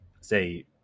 say